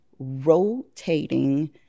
rotating